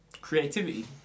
Creativity